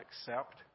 accept